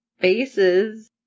faces